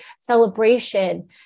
celebration